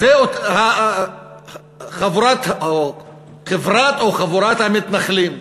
זה חברת או חבורת המתנחלים.